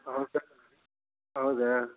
ಹೌದಾ